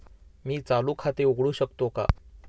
मी चालू खाते उघडू शकतो का?